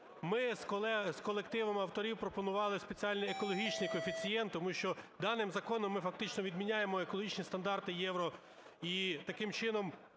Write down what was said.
Ми з колективом авторів пропонували спеціальний екологічний коефіцієнт, тому що даним законом ми фактично відміняємо екологічні стандарти "Євро", і таким чином